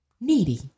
needy